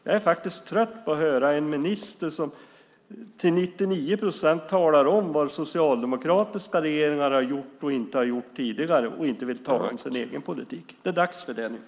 Jag är faktiskt trött på att höra en minister som till 99 procent talar om vad socialdemokratiska regeringar har gjort och inte har gjort tidigare och inte vill tala om sin egen politik. Det är dags för det nu.